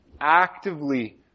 actively